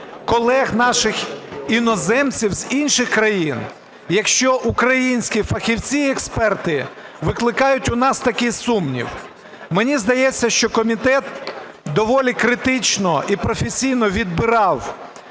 колег наших - іноземців з інших країн, якщо українські фахівці експерти викликають у нас такий сумнів? Мені здається, що комітет доволі критично і професійно відбирав